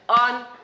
on